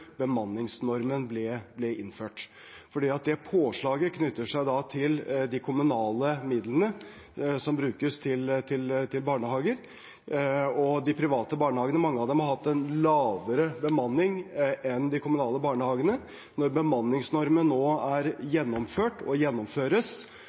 bemanningsnormen ble innført. Det påslaget er knyttet til de kommunale midlene som brukes til barnehager, og de private barnehagene – mange av dem – har hatt en lavere bemanning enn de kommunale barnehagene. Når bemanningsnormen er gjennomført, vil det beløpet det er